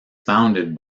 founded